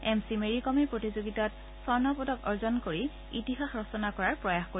M C Mary কমে প্ৰতিযোগিতা স্বৰ্শ পদক অৰ্জন কৰি ইতিহাস ৰচনা কৰাৰ প্ৰয়াস কৰিব